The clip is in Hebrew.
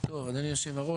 אדוני היו"ר,